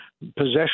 possession